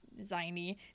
ziny